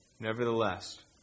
Nevertheless